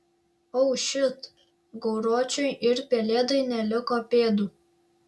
o šit gauruočiui ir pelėdai neliko pėdų